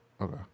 Okay